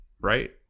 right